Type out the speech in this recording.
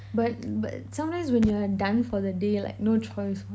but but sometimes when you are done for the day like no choice [what]